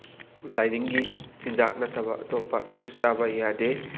ꯂꯥꯏꯅꯤꯡꯒꯤ ꯆꯤꯟꯖꯥꯛ ꯅꯠꯇꯕ ꯑꯇꯣꯞꯄꯁꯨ ꯆꯥꯕ ꯌꯥꯗꯦ